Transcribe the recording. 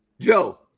Joe